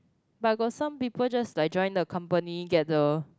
but got some people just like join the company get the